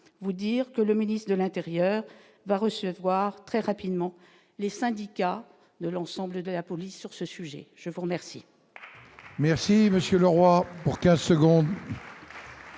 vous dire que le ministre de l'Intérieur, va recevoir très rapidement, les syndicats de l'ensemble de la police sur ce sujet, je vous remercie.